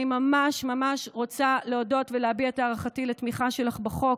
אני ממש ממש רוצה להודות ולהביע את הערכתי על התמיכה שלך בחוק,